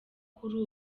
kuri